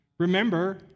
Remember